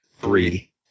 three